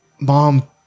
Mom